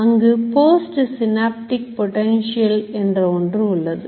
அங்கு Postsynaptic Potential என்ற ஒன்று உள்ளது